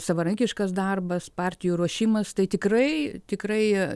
savarankiškas darbas partijų ruošimas tai tikrai tikrai